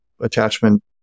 attachment